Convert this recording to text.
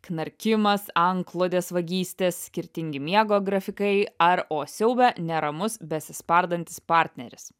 knarkimas antklodės vagystės skirtingi miego grafikai ar o siaube neramus besispardantis partneris